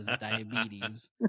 diabetes